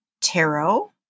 tarot